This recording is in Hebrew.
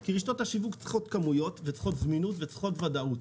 כי רשתות השיווק צריכות כמויות וצריכות זמינות וצריכות ודאות.